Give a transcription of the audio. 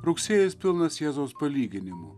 rugsėjis pilnas jėzaus palyginimų